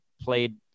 played